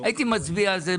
הייתי מצביע על זה.